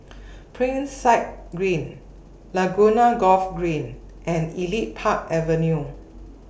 Side Green Laguna Golf Green and Elite Park Avenue